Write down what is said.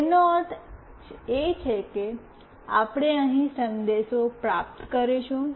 તેનો અર્થ એ કે આપણે અહીં સંદેશ પ્રાપ્ત કરીશું